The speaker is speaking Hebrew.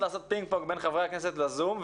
לעשות פינג-פונג בין חברי הכנסת לזום,